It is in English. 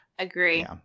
Agree